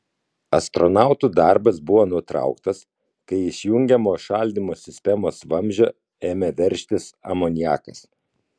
astronautų darbas buvo nutrauktas kai iš jungiamo šaldymo sistemos vamzdžio ėmė veržtis amoniakas